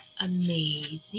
amazing